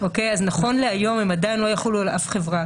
אז נכון להיום הן עדיין לא יחולו על אף חברה,